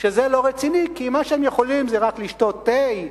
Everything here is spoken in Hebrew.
שזה לא רציני, כי מה שהם יכולים זה רק לשתות תה,